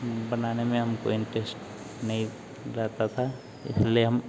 बनाने में हमको इन्टेस्ट नहीं रहता था इसलिए हम